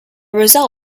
result